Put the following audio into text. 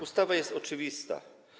Ustawa jest oczywista.